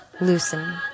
loosen